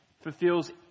fulfills